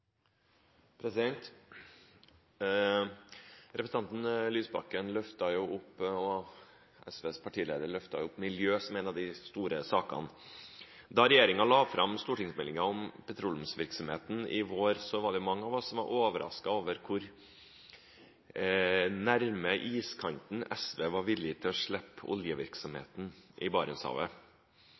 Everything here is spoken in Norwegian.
Representanten Lysbakken, SVs partileder, løfter opp miljø som en av de store sakene. Da regjeringen la fram stortingsmeldingen om petroleumsvirksomheten i vår, var det mange av oss som ble overrasket over hvor nær iskanten SV var villig til å slippe oljevirksomheten i Barentshavet.